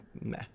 Meh